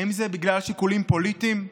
האם זה בגלל שיקולים פוליטיים?